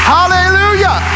Hallelujah